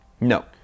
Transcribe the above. No